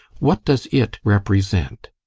what does it represent?